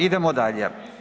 Idemo dalje.